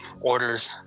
orders